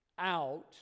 out